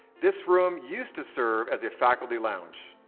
this room used to serve as a faculty lounge.